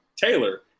Taylor